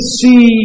see